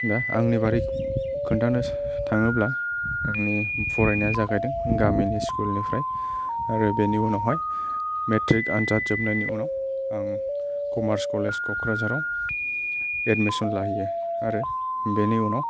दा आंनि बागै खोन्थानो थाङोब्ला आंनि फरायनाया जागायदों गामिनि स्कुलनिफ्राय आरो बेनि उनावहाय मेट्रिक आन्जाद जोबनायनि उनाव आं कमार्स कलेज क्क्राझारआव एडमिसन लाहैयो आरो बेनि उनाव